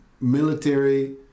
military